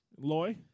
Loy